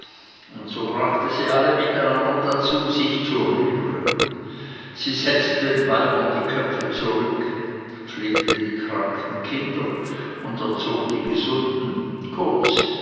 und so brachte sie alle miteinander dazu sich zu rühren sie setzte den weibern die köpfe zurecht pflegte die kranken kinder und erzog die gesunden kurz